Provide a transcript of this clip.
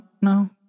no